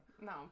No